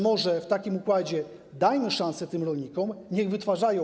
Może w takim układzie dajmy szansę tym rolnikom, niech wytwarzają.